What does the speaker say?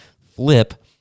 flip